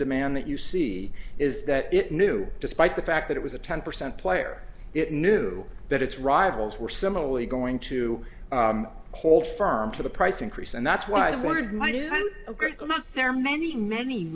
demand that you see is that it knew despite the fact that it was a ten percent player it knew that its rivals were similarly going to hold firm to the price increase and that's what i wanted my do and i'm out there many many